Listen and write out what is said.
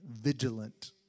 vigilant